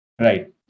right